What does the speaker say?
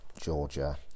Georgia